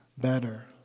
better